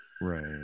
Right